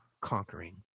conquering